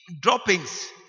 droppings